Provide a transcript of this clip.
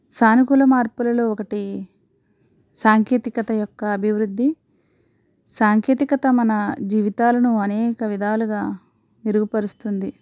సానుకూల మార్పులలో ఒకటి సాంకేతికత యొక్క అభివృద్ధి సాంకేతికత మన జీవితాలను అనేక విధాలుగా మెరుగుపరుస్తుంది